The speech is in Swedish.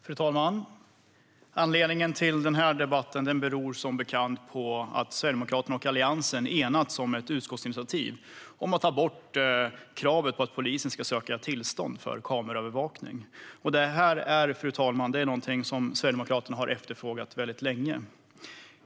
Fru talman! Anledningen till denna debatt är som bekant att Sverigedemokraterna och Alliansen har enats om ett utskottsinitiativ om att ta bort kravet på att polisen ska söka tillstånd för kameraövervakning. Detta är något som Sverigedemokraterna har efterfrågat länge.